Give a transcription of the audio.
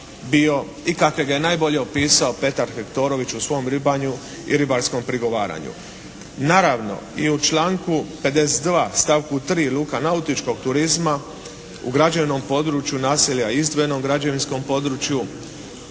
i kako ga je najbolje opisao Petar Hektorović u svom svom "Ribanju i ribarskom prigovaranju". Naravno, i u članku 52. stavku 3. luka nautičkog turizma u građevnom području naselja, izdvojenom građevinskom području